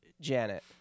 Janet